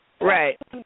Right